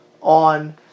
on